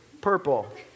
purple